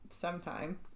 sometime